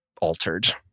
altered